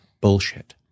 bullshit